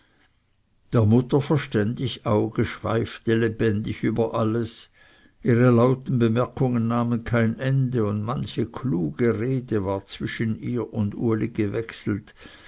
der mutter verständig auge schweifte lebendig über alles ihre lauten bemerkungen nahmen kein ende und manche kluge rede ward zwischen ihr und uli gewechselt